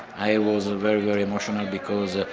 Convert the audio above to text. i was ah very, very emotional because,